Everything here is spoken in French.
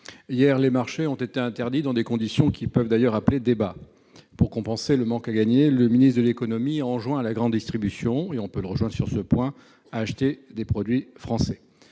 Hier, les marchés ont été interdits, dans des conditions qui peuvent d'ailleurs faire débat. Pour compenser le manque à gagner, le ministre de l'économie a enjoint la grande distribution- on peut être d'accord avec lui sur ce point -à acheter des produits français.